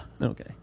Okay